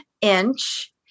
inch